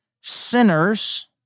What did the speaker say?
sinners